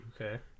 Okay